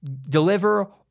deliver